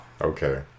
Okay